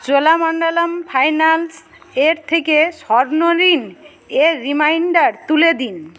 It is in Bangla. চোলামন্ডলম ফাইনান্স এর থেকে স্বর্ণঋণ এর রিমাইন্ডার তুলে দিন